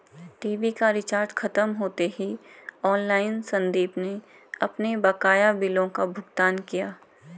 TV का recharge खत्म होते ही ऑनलाइन संदीप ने अपने बकाया बिलों का भुगतान किया